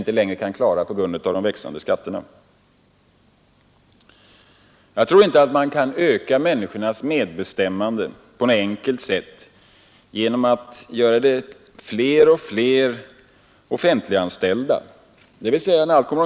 Offentliga satsningar behövs självfallet.